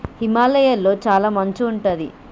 హిమాలయ లొ చాల మంచు ఉంటది